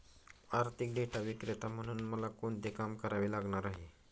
आर्थिक डेटा विक्रेता म्हणून मला कोणते काम करावे लागणार आहे?